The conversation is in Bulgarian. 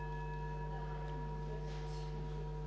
Тишев.